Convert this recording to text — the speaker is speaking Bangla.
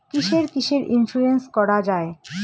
কিসের কিসের ইন্সুরেন্স করা যায়?